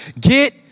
get